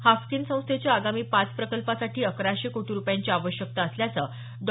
Haffkine संस्थेच्या आगामी पाच प्रकल्पासाठी अकराशे कोटी रुपयांची आवश्यकता असल्याचं डॉ